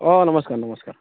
অঁ নমস্কাৰ নমস্কাৰ